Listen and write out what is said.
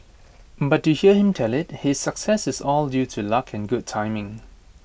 but to hear him tell IT his success is all due to luck and good timing